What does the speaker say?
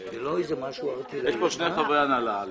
שני חברי הנהלה.